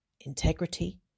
integrity